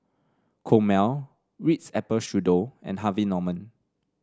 Chomel Ritz Apple Strudel and Harvey Norman